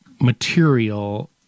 material